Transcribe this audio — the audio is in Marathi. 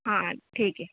हां ठीक आहे